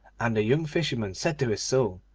and the young fisherman said to his soul,